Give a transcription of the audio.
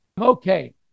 Okay